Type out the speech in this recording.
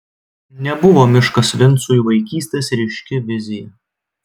nebuvo miškas vincui vaikystės ryški vizija